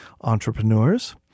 entrepreneurs